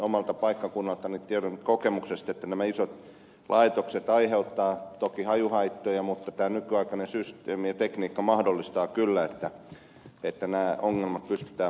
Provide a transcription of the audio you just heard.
omalta paikkakunnaltani tiedän kokemuksesta että nämä isot laitokset aiheuttavat toki hajuhaittoja mutta tämä nykyaikainen systeemi ja tekniikka mahdollistavat kyllä että nämä ongelmat pystytään poistamaan